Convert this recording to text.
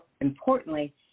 importantly